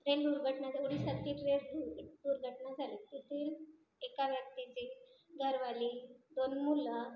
train दुर्घटनाचं ओरिसातील train दूर दुर्घटना झाली त्यातील एका व्यक्तीची घरवाली दोन मुलं